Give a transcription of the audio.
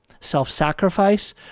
self-sacrifice